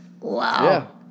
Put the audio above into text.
Wow